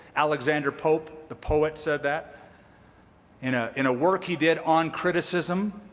alexander pope the poet said that in ah in a work he did on criticism.